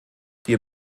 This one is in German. wir